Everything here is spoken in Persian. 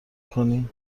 کنی